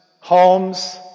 homes